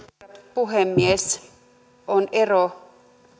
puhemies on ero